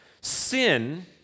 Sin